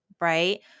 Right